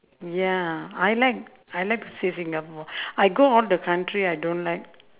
ya I like I like to stay singapore I go all the country I don't like